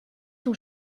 son